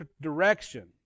direction